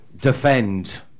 defend